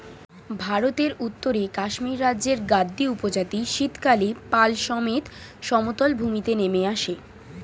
ভারতের উত্তরে কাশ্মীর রাজ্যের গাদ্দী উপজাতি শীতকালে পাল সমেত সমতল ভূমিতে নেমে আসে